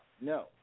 No